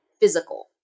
physical